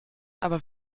aber